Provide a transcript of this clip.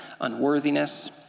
unworthiness